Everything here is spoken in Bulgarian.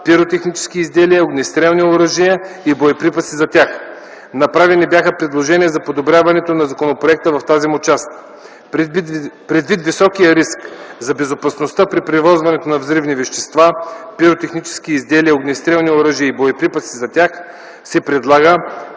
пиротехнически изделия, огнестрелни оръжия и боеприпаси за тях. Направени бяха предложения за подобряването на законопроекта в тази му част. Предвид високия риск за безопасността при превозването на взривни вещества, пиротехнически изделия, огнестрелни оръжия и боеприпаси за тях, се предлага